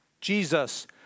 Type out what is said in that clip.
Jesus